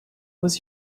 was